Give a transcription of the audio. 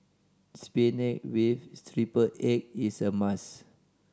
spinach with triple egg is a must